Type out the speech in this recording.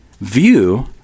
view